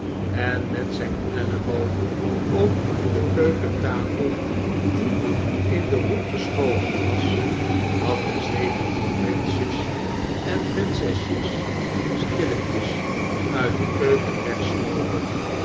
en met zijn elleboog op de keukentafel die in den hoek geschoven was dat de zeventien prinsjes en prinsesjes stilletjes uit de keuken wegslopen